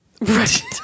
Right